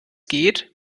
geht